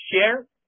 share